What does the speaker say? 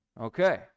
Okay